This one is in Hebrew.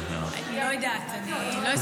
אני לא יודעת, אני לא הספקתי להגיע.